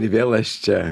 vėl as čia